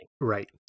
Right